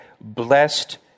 blessed